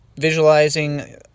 visualizing